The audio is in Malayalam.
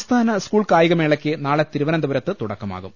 സംസ്ഥാന സ്കൂൾ കായികമേളയ്ക്ക് നാളെ തിരുവനന്തപു രത്ത് തുടക്കമാകും